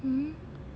mm